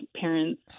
parents